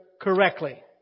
correctly